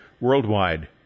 Worldwide